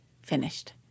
Finished